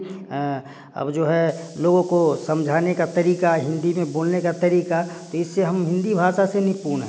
अब जो है लोगों को समझाने का तरीका हिंदी में बोलने का तरीका तो इससे हम हिंदी भाषा से निपुण हैं